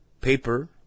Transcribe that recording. paper